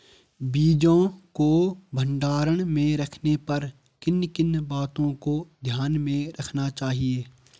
बीजों को भंडारण में रखने पर किन किन बातों को ध्यान में रखना चाहिए?